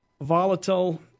volatile